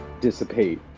dissipate